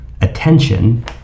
attention